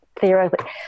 theoretically